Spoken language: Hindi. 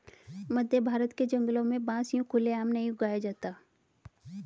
मध्यभारत के जंगलों में बांस यूं खुले आम नहीं उगाया जाता